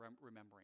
remembering